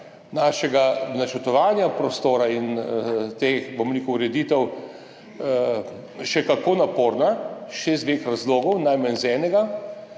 našega načrtovanja prostora in teh ureditev še kako naporna še iz dveh razlogov, najmanj iz enega,